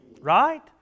Right